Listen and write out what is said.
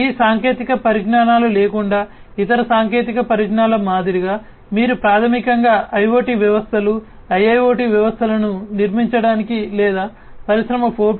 ఈ సాంకేతిక పరిజ్ఞానాలు లేకుండా ఇతర సాంకేతిక పరిజ్ఞానాల మాదిరిగా మీరు ప్రాథమికంగా IoT వ్యవస్థలు IIoT వ్యవస్థలను నిర్మించడానికి లేదా పరిశ్రమ 4